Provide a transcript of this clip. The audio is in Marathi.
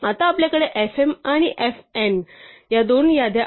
आता आपल्याकडे fm आणि fn या दोन याद्या आहेत